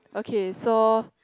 okay so